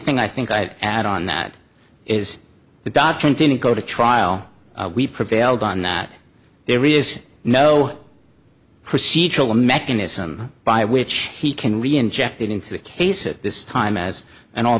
thing i think i'd add on that is the doctrine didn't go to trial we prevailed on that there is no procedural mechanism by which he can reinjected into the case at this time as an all